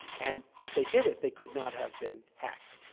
and if they did it, they could not have been hacked.